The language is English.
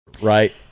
right